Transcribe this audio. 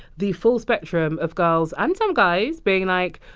the full spectrum of girls and some guys being like,